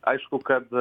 aišku kad